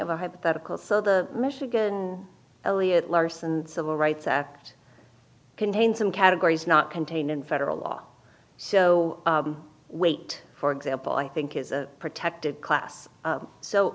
of a hypothetical so the michigan elliot larson civil rights act contains some categories not contained in federal law so wait for example i think is a protected class